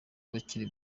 bakiri